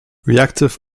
reactive